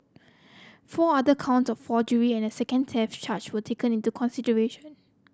four other counts of forgery and a second theft charge were taken into consideration